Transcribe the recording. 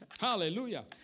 Hallelujah